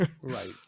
Right